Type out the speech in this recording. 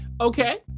Okay